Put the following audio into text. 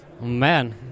Man